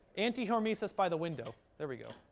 anti-hormesis by the window. there we go.